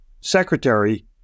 secretary